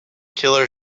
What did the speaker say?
killer